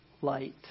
light